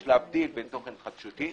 יש להבדיל בין תוכן חדשותי